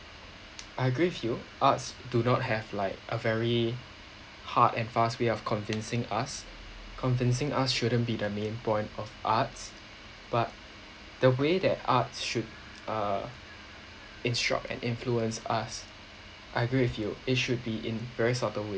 I agree with you arts do not have like a very hard and fast way of convincing us convincing us shouldn't be the main point of arts but the way that arts should uh instruct and influence us I agree with you it should be in very subtle wa~